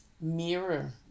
mirror